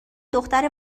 دختر